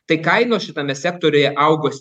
tai kainos šitame sektoriuje augo